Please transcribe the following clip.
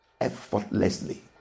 effortlessly